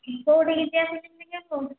କେଉଁଠିକି ଯିବା ଫିଲ୍ମ ଦେଖିବାକୁ